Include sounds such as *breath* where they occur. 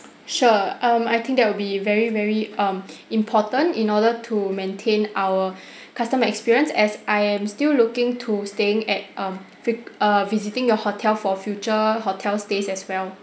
sure um I think that will be very very um important in order to maintain our *breath* customer experience as I am still looking to staying at um vi~ err visiting your hotel for future hotel stays as well